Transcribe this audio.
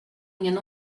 ingen